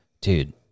Dude